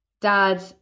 dad